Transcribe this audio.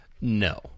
No